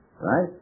Right